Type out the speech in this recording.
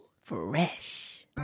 Fresh